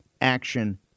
action